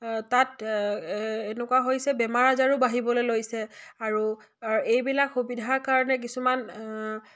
তাত এনেকুৱা হৈছে বেমাৰ আজাৰো বাঢ়িবলৈ লৈছে আৰু এইবিলাক সুবিধাৰ কাৰণে কিছুমান